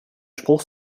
spruch